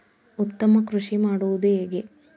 ಉತ್ತಮ ಕೃಷಿ ಮಾಡುವುದು ಹೇಗೆ?